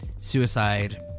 suicide